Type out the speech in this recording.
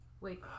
Wait